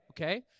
Okay